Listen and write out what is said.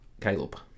Caleb